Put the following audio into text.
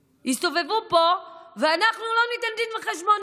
יסתובבו פה ואנחנו לא ניתן דין וחשבון,